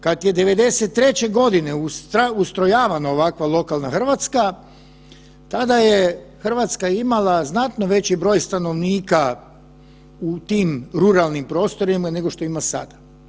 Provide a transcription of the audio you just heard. Kad je '93. godine ustrojavana ovakva lokalna Hrvatska tada je Hrvatska imala znatno veći broj stanovnika u tim ruralnim prostorima nego što ima sad.